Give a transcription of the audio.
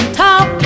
talk